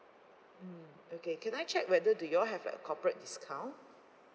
mm okay can I check whether do you all have like corporate discount